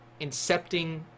Incepting